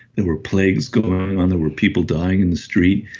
there were plagues going, um there were people dying in the street.